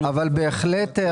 בהחלט,